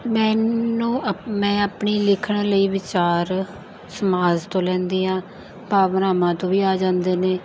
ਮੈਨੂੰ ਅਪ ਮੈਂ ਆਪਣੀ ਲਿਖਣ ਲਈ ਵਿਚਾਰ ਸਮਾਜ ਤੋਂ ਲੈਂਦੀ ਹਾਂ ਭਾਵਨਾਵਾਂ ਤੋਂ ਵੀ ਆ ਜਾਂਦੇ ਨੇ